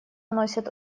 носят